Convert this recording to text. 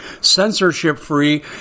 censorship-free